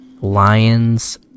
Lions